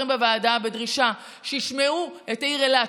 בוועדה בדרישה שישמעו את העיר אילת,